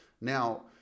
Now